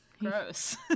Gross